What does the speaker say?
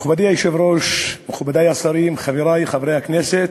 מכובדי היושב-ראש, מכובדי השרים, חברי חברי הכנסת,